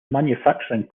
manufacturing